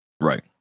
Right